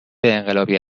انقلابی